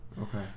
Okay